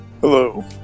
Hello